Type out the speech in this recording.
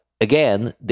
again